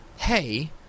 hey